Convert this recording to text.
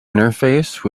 interface